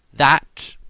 that,